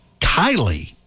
Kylie